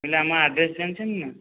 କହିଲି ଆମ ଆଡ଼୍ରେସ ଜାଣିଛନ୍ତି ନା